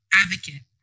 advocate